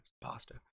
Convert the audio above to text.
pasta